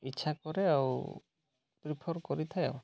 ଇଚ୍ଛା କରେ ଆଉ ପ୍ରିଫର୍ କରିଥାଏ ଆଉ